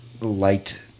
light